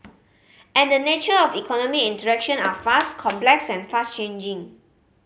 and the nature of economy interaction are vast complex and fast changing